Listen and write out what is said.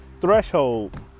threshold